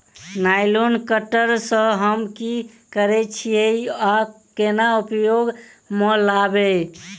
Nylon cutter सँ हम की करै छीयै आ केना उपयोग म लाबबै?